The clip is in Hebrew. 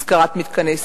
השכרת מתקני ספורט.